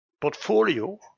portfolio